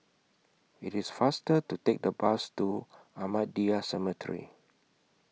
IT IS faster to Take The Bus to Ahmadiyya Cemetery